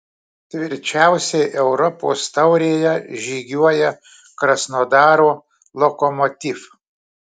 tvirčiausiai europos taurėje žygiuoja krasnodaro lokomotiv